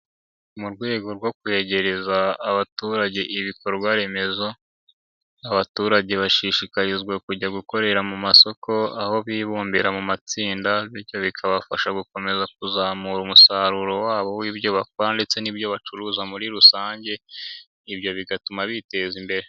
Mu rwego rwo kwegereza abaturage ibikorwa remezo, abaturage bashishikarizwa kujya gukorera mu masoko aho bibumbira mu matsinda bityo bikabafasha gukomeza kuzamura umusaruro wabo w'ibyo bakora ndetse n'ibyo bacuruza muri rusange, ibyo bigatuma biteza imbere.